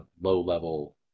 low-level